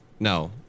No